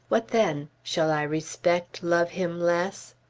what then? shall i respect, love him less?